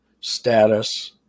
status